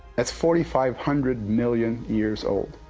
that's forty five hundred million years old.